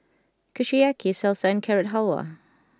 Kushiyaki Salsa and Carrot Halwa